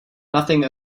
nothing